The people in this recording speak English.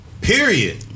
Period